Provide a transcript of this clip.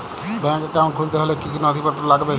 Bank account খুলতে হলে কি কি নথিপত্র লাগবে?